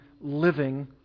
living